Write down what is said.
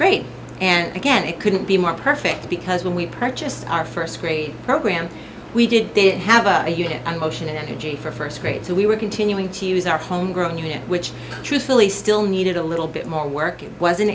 grade and again it couldn't be more perfect because when we purchased our first grade program we did did have a unit a motion and a gene for first grade so we were continuing to use our home grown year which truthfully still needed a little bit more work it was